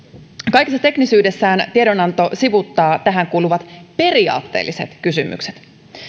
kaikessa teknisyydessään tiedonanto sivuuttaa tähän kuuluvat periaatteelliset kysymykset